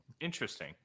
interesting